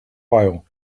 while